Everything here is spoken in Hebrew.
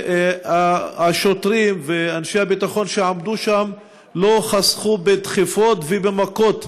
שהשוטרים ואנשי הביטחון שעמדו שם לא חסכו בדחיפות ובמכות למפגינים,